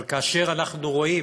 אבל כאשר אנחנו רואים